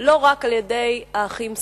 לא רק על-ידי האחים סודמי.